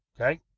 Okay